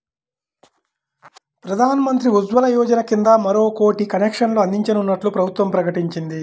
ప్రధాన్ మంత్రి ఉజ్వల యోజన కింద మరో కోటి కనెక్షన్లు అందించనున్నట్లు ప్రభుత్వం ప్రకటించింది